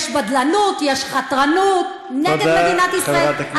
יש בדלנות, יש חתרנות נגד מדינת ישראל.